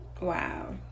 Wow